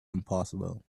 impossible